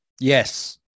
Yes